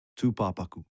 Tupapaku